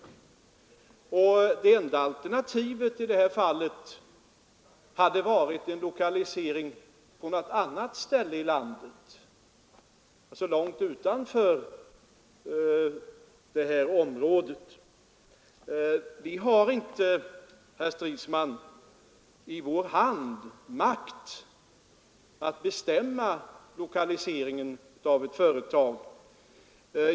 Det enda alternativet i detta fall hade varit en lokalisering till något annat ställe i landet långt utanför det område vi nu diskuterar. Vi har inte, herr Stridsman, makt i vår hand att bestämma lokaliseringen av ett företag.